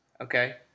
okay